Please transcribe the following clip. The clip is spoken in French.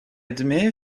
edme